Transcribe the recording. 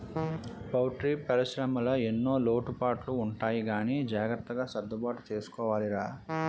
poultry పరిశ్రమలో ఎన్నో లోటుపాట్లు ఉంటాయి గానీ జాగ్రత్తగా సర్దుబాటు చేసుకోవాలిరా